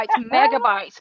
megabytes